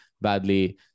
badly